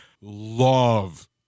Love